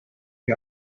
que